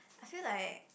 I feel like